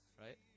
right